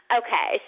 okay